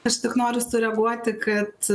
aš tik noriu sureaguoti kad